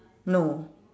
no